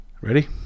Ready